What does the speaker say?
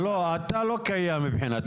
אתה לא קיים מבחינתו.